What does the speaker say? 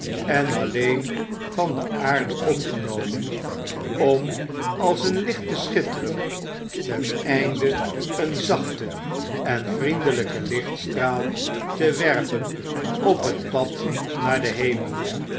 en alleen van de aarde opgenomen om als een licht te schitteren ten einde een zachten en vriendelijken lichtstraal te werpen op het pad naar den hemel